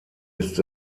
ist